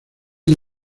una